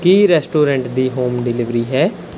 ਕੀ restaurant ਦੀ home delivery ਹੈ